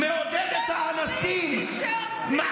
מעודדת האנסים, טרוריסטים שאונסים יהודיות.